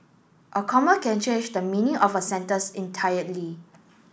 a comma can change the meaning of a sentence entirely